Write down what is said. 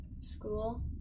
school